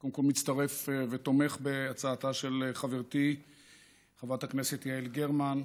קודם כול מצטרף ותומך בהצעתה של חברתי חברת הכנסת יעל גרמן,